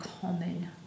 common